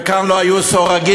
וכאן לא היו סורגים,